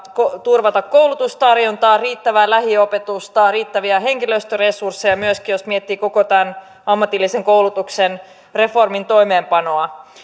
turvata koulutustarjontaa riittävää lähiopetusta riittäviä henkilöstöresursseja myöskin jos miettii koko tämän ammatillisen koulutuksen reformin toimeenpanoa